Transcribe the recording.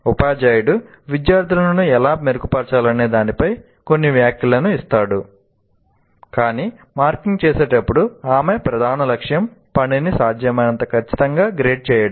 ఉపాధ్యాయుడు విద్యార్థులను ఎలా మెరుగుపరచాలనే దానిపై కొన్ని వ్యాఖ్యలను ఇస్తాడు కాని మార్కింగ్ చేసేటప్పుడు ఆమె ప్రధాన లక్ష్యం పనిని సాధ్యమైనంత ఖచ్చితంగా గ్రేడ్ చేయడం